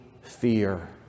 fear